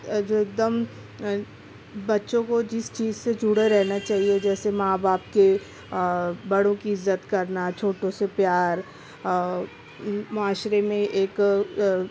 جو ایک دم بچوں کو جس چیز سے جڑے رہنا چاہیے جیسے ماں باپ کے بڑوں کی عزت کرنا چھوٹوں سے پیار اور معاشرے میں ایک